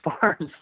farms